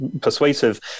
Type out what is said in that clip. persuasive